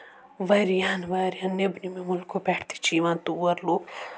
واریاہَن واریاہَن نیبرِم مُلکو پؠٹھ تہِ چھِ یِوان تور لُکھ